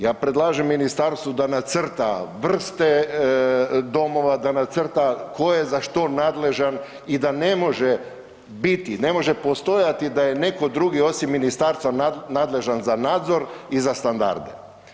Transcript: Ja predlažem ministarstvu da nacrta vrste domova, da nacrta tko je za što nadležan i da ne može biti, ne može postojati da je neko drugi osim ministarstva nadležan za nadzor i za standarde.